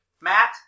Matt